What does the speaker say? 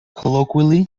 colloquially